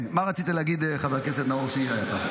כן, מה רצית להגיד, חבר הכנסת נאור שירי היקר?